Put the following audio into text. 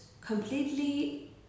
completely